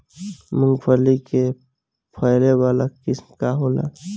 मूँगफली के फैले वाला किस्म का होला?